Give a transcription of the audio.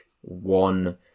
one